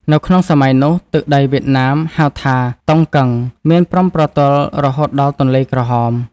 នៅក្នុងសម័យនោះ ទឹកដីវៀតណាមហៅថា "តុង កឹង" មានព្រំប្រទល់រហូតដល់ទន្លេក្រហម ។